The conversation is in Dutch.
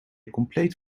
compleet